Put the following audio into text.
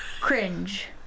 cringe